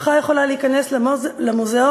משפחה יכולה להיכנס למוזיאון,